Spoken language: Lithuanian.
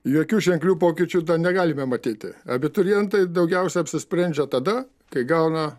jokių ženklių pokyčių da negalime matyti abiturientai daugiausiai apsisprendžia tada kai gauna